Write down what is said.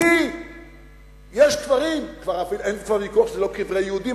כי יש דברים, אין כבר ויכוח שזה לא קברי יהודים.